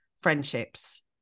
friendships